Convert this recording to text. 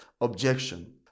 objection